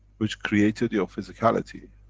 which created your physicality.